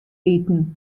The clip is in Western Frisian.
iten